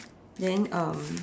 then um